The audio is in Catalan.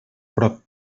prop